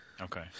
Okay